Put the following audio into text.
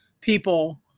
people